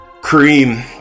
Cream